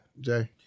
Jay